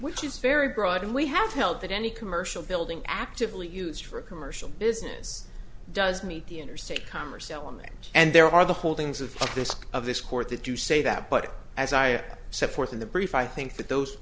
which is very broad and we have held that any commercial building actively used for commercial business does meet the interstate commerce element and there are the holdings of this of this court that do say that but as i set forth in the brief i think that those